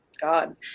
God